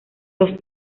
los